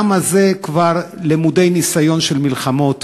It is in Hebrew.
העם הזה כבר למוד ניסיון של מלחמות,